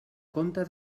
compte